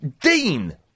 Dean